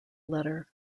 letter